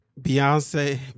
beyonce